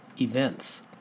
events